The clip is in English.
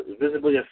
visibly